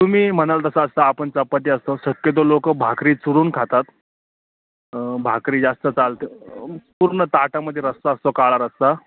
तुम्ही म्हणाल तसा असता आपण चपाती असतो शक्यतो लोक भाकरी चुरून खातात भाकरी जास्त चालते पूर्ण ताटामध्ये रस्सा असतो काळा रस्सा